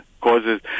causes